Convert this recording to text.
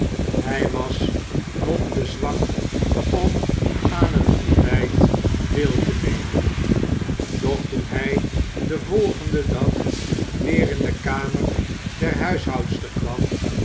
hij was nog te zwak om aan het ontbijt deel te nemen doch toen hij den volgenden dag weer in de kamer der huishoudster kwam